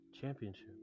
championship